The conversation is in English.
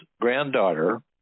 granddaughter